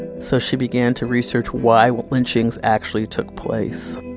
so she began to research why why lynchings actually took place.